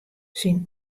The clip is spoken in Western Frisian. syn